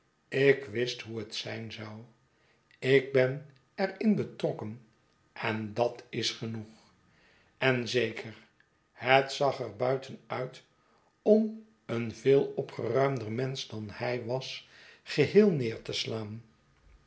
ik wist hoe het zijn zou ik ben er in betrokken en dat is genoeg en zeker het zag er buiten uit om een veel opgeruimder mensch dan hij was geheel neer teslaan